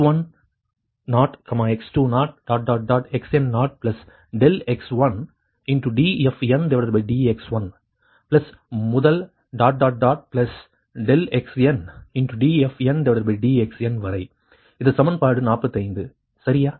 xn0 ∆x1dfndx1 முதல் dot dot plus ∆xn dfndxn வரை இது சமன்பாடு 45 சரியா